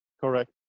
Correct